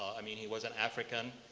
i mean, he was an african.